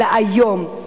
אלא היום?